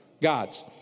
gods